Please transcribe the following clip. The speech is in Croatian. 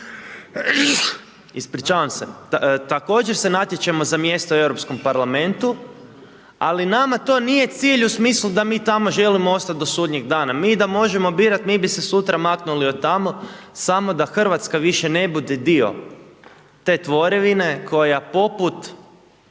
u Živom Zidu također se natječemo za mjesto u Europskom parlamentu, ali nama to nije cilj u smislu da mi tamo želimo ostat do sudnjeg dana, mi da možemo birat, mi bi se sutra maknuli od tamo, samo da RH više ne bude dio te tvorevine koja poput